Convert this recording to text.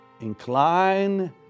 incline